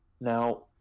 Now